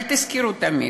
אבל תזכרו תמיד: